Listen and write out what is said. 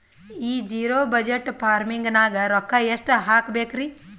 ಈ zero budget farming ನಾಗ್ ರೊಕ್ಕ ಎಷ್ಟು ಹಾಕಬೇಕರಿ?